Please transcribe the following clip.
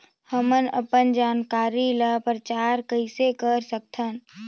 हमन अपन जानकारी ल प्रचार कइसे कर सकथन?